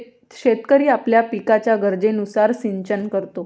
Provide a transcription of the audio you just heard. शेतकरी आपल्या पिकाच्या गरजेनुसार सिंचन करतो